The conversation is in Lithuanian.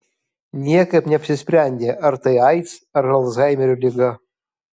niekaip neapsisprendė ar tai aids ar alzheimerio liga